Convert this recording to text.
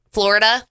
Florida